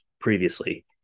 previously